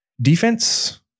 defense